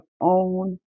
own